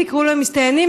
תקראו להם מסתננים,